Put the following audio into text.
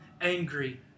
angry